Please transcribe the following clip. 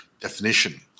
definition